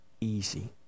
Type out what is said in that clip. easy